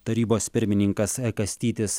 tarybos pirmininkas kastytis